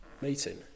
meeting